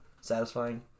satisfying